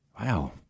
Wow